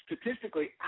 statistically